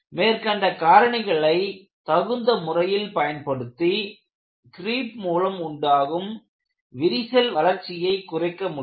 மேற்கண்ட காரணிகளை தகுந்த முறையில் பயன்படுத்தி கிரீப் மூலம் உண்டாகும் விரிசல் வளர்ச்சியை குறைக்க முடியும்